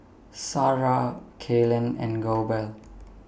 Sarrah Kaylen and Goebel